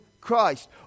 Christ